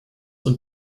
und